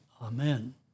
Amen